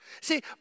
See